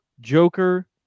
Joker